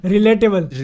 Relatable